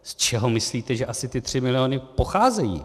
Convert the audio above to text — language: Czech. Z čeho myslíte, že asi ty 3 miliony pocházejí?